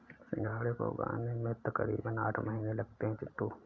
सिंघाड़े को उगने में तकरीबन आठ महीने लगते हैं चिंटू